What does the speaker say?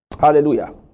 Hallelujah